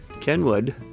Kenwood